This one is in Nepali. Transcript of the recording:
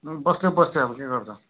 बस्देऊ बस्देऊ अब के गर्छौ